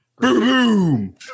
Boom